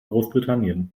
großbritannien